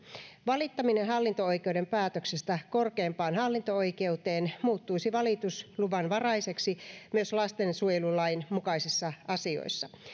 valittaminen hallinto oikeuden päätöksestä korkeimpaan hallinto oikeuteen muuttuisi valitusluvanvaraiseksi myös lastensuojelulain mukaisissa asioissa